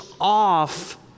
off